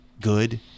good